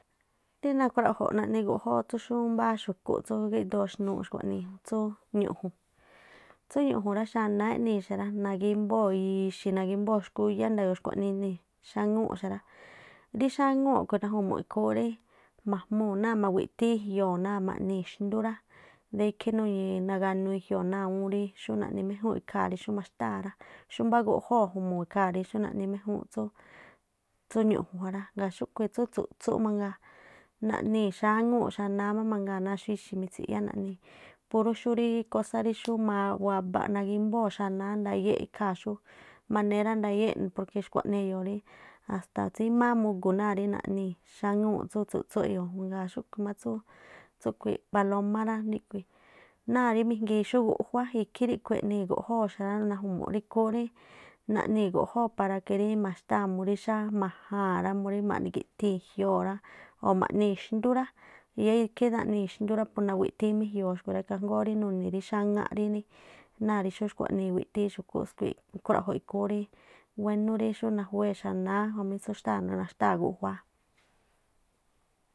Rí nakhruaꞌjo̱ naꞌni guꞌjóo tsú xú mabáá xu̱kúꞌ tsú gíꞌdoo xnuuꞌ xkuaꞌnii tsú ñu̱ꞌju̱nꞌ. Tsú ñu̱ꞌju̱n xánáá eꞌnii̱ xa rá, nagí̱mbóo̱ iixi̱, nagímbóo̱ xkúyá, nda̱yo̱o̱ xkuaꞌnii nii̱ xáŋúu̱ꞌ xa rá. Rí xáŋúu̱ꞌ khui̱ naju̱mu̱ꞌ ikhúún rí ma̱̱jmuu̱ náa̱ mawiꞌthíín i̱jioo̱ náa̱ ma̱ꞌnii̱ xndú rá, de ikhí naganuu i̱jioo̱ náa̱ awúún rí xú naꞌni méjúu̱nꞌ ikhaa̱ rí xú ma̱xtáa̱ rá. Xú mbá guꞌjoo̱ ju̱mu̱u̱ ikhaa̱ rí xú naꞌni méjúúnꞌ tsú ñu̱ꞌju̱n ja rá. Ŋgaa̱ xúꞌkhui̱ tsú tsu̱ꞌtsúꞌ mangaa, naꞌnii̱ xáŋúu̱ꞌ xanáá má mangaa náa̱ xú ixi̱ mitsiꞌyá naꞌnii̱, púrú xúrí kósá ri wabaꞌ nagímbóo̱ xanáá ndayé ikhaa̱ xú manera ndayee̱ꞌ porque xkuaꞌnii eyo̱o̱ rí hasta tsímáá mugu̱ náa̱ rí naꞌnii̱ xáŋúu̱ꞌ tsú tsu̱ꞌtsú eyo̱o̱ jún. Ŋgaa̱ xúꞌkhui̱ má tsú tsúꞌkhuii̱ꞌ palomá rá, ríꞌkhui̱ náa̱ rí xú mijgii xú guꞌjuá ikhí ríꞌkhui̱ eꞌnii̱ guꞌjóo̱ xa rá, naju̱mu̱ꞌ rí ikhúún rí naꞌnii̱ guꞌjóo̱ murí maxtáa̱ murí xáma̱jáa̱n rá, murí maꞌnigi̱ꞌthii̱n i̱jioo̱ rá o̱ ma̱ꞌnii̱ xndú rá, yáá ikhí naꞌnii̱ xndú rá pu naꞌwiꞌthíí má i̱jioo̱ xúꞌkhui̱ rá. ikhaa ngoo nuni̱ rí xáŋáꞌ náa̱ rí xú xkua̱ꞌnii iwiꞌthíín xu̱kúꞌ skui̱i̱ꞌ. Ikhruaꞌjo̱ꞌ ikhúún rí wénú rí xú najúwée̱ xanáá tsú xtáa̱ náa̱ naxtáa̱ guꞌjuáá.